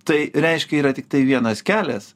tai reiškia yra tiktai vienas kelias